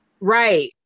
Right